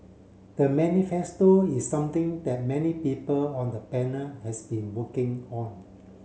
the manifesto is something that many people on the panel has been working on